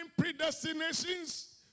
predestinations